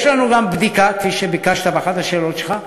יש לנו גם בדיקה, כפי שביקשת באחת השאלות שלך,